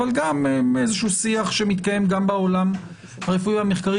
אבל גם מאיזשהו שיח שמתקיים גם בעולם הרפואי-מחקרי,